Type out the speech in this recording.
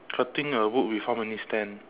cutting a wood with how many stand